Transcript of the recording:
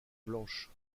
blanches